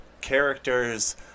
characters